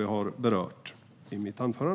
jag har berört i mitt anförande.